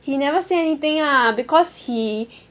he never say anything ah because he